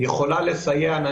יכולה לסייע לשני,